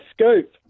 scoop